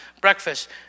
Breakfast